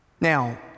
Now